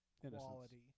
quality